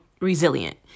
resilient